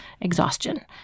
exhaustion